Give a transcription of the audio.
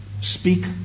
speak